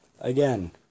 Again